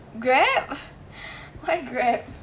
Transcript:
Grab why Grab